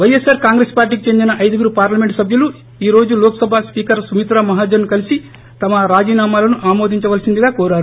వైఎస్సార్ కాంగ్రెస్ పార్లీకి చెందిన ఐదుగురు పార్లమెంట్ సభ్యులు ఈ రోజు లోక్సభ స్పీకర్ సుమిత్రా మహాజన్ ను కలిసి తమ రాజీనామాలను ఆమోదించవలసిందిగా కోరారు